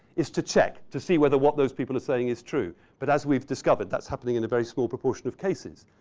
is to check to see whether what those people are saying is true. but as we've discovered, that's happening in a very small proportion of cases.